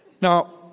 Now